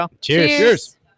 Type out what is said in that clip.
Cheers